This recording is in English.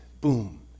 boom